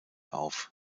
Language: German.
auf